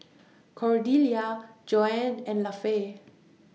Cordelia Joann and Lafe